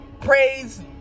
praise